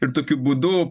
ir tokiu būdu